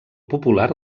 popular